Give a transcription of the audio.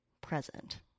present